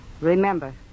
Remember